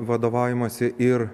vadovaujamasi ir